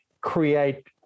create